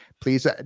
Please